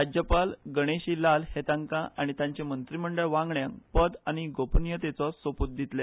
राज्यपाल गणेशी लाल हे तांका आणी तांचे मंत्रीमंडळ वांगड्यांक पद आनी गोपनियतेचो सोपूत घेतले